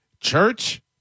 Church